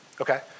Okay